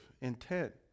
intent